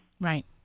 Right